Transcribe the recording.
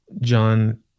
John